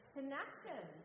Connection